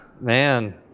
Man